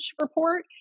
report